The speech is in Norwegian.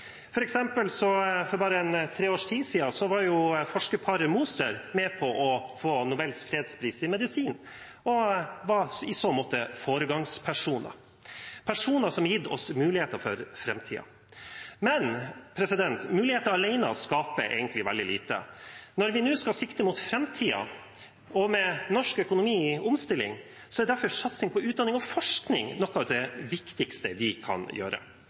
i så måte foregangspersoner – personer som har gitt oss muligheter for framtiden. Men muligheter alene skaper egentlig veldig lite. Når vi nå skal sikte mot framtiden, og med norsk økonomi i omstilling, er derfor satsing på utdanning og forskning noe av det viktigste vi kan gjøre.